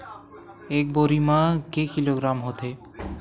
एक बोरी म के किलोग्राम होथे?